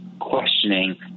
questioning